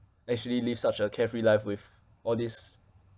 actually live such a carefree life with all this